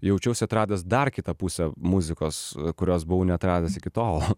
jaučiausi atradęs dar kitą pusę muzikos kurios buvau neatradęs iki tol